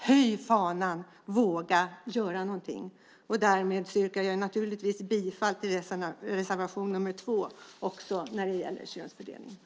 Höj fanan och våga göra någonting! Därmed yrkar jag bifall till reservation nr 2 som gäller könsfördelningen.